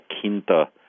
Quinta